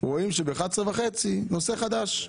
רואים שב-11:30 נושא חדש.